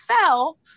fell